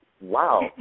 wow